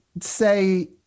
say